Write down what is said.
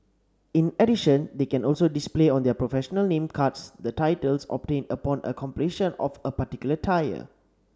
in addition they can also display on their professional name cards the titles obtained upon a completion of a particular tire